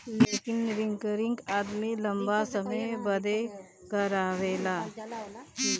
लेकिन रिकरिंग आदमी लंबा समय बदे करावेला